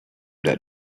that